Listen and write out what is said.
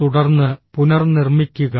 തുടർന്ന് പുനർനിർമ്മിക്കുക